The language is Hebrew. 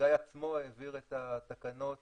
גיא עצמו העביר את התקנות